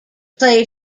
played